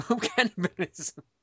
cannibalism